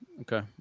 okay